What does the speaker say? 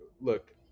look